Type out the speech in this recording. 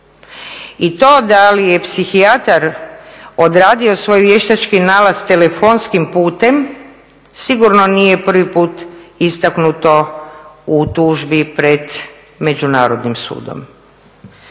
I to da li je psihijatar odradio svoj vještački nalaz telefonskim putem sigurno nije prvi put istaknuto u tužbi pred međunarodnim sudom.